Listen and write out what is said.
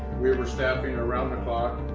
we were staffing around the clock,